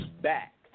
back